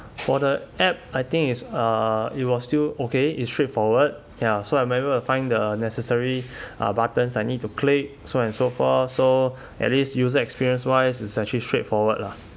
for the app I think is uh it was still okay is straightforward ya so I'm able to find the necessary uh buttons I need to click so and so forth so at least user experience wise it's actually straight forward lah